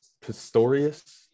Pistorius